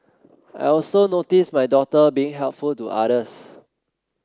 I also notice my daughter being helpful to others